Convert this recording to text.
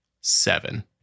seven